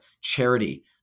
charity